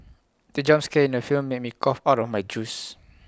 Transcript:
the jump scare in the film made me cough out my juice